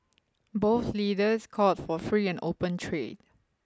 both leaders called for free and open trade